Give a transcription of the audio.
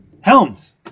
Helms